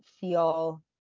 feel